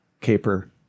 caper